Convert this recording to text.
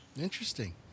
interesting